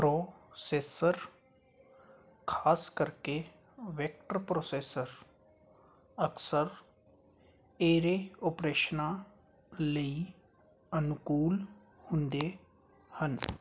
processor ਖ਼ਾਸ ਕਰਕੇ vector processor ਅਕਸਰ ਐਰੇ ਓਪਰੇਸ਼ਨਾਂ ਲਈ ਅਨੁਕੂਲ ਹੁੰਦੇ ਹਨ